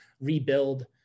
rebuild